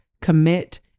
commit